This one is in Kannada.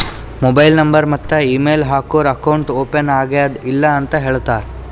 ಮೊಬೈಲ್ ನಂಬರ್ ಮತ್ತ ಇಮೇಲ್ ಹಾಕೂರ್ ಅಕೌಂಟ್ ಓಪನ್ ಆಗ್ಯಾದ್ ಇಲ್ಲ ಅಂತ ಹೇಳ್ತಾರ್